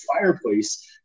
fireplace